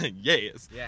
Yes